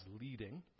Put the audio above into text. leading